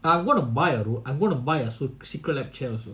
I'm going to buy I'm gonna buy a roll secret lab chair also